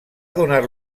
donar